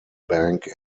bank